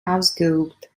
ausgeübt